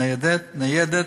ניידת.